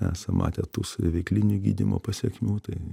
esam matę tų saviveiklinio gydymo pasekmių tai